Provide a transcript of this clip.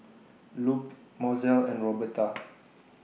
Lupe Mozell and Roberta